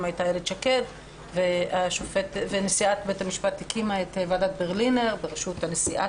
הייתה איילת שקד ונשיאת בית המשפט הקימה את ועדת ברלינר בראשות הנשיאה,